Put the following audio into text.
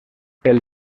pel